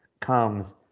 comes